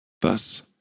Thus